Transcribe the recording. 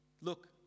Look